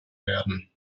werden